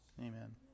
Amen